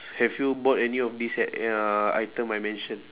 have you brought any of these a~ uh item I mentioned